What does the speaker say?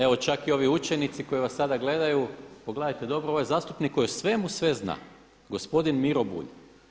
Evo čak i ovi učenici koji vas sada gledaju pogledajte dobro, ovo je zastupnik koji o svemu sve zna gospodin Miro Bulj.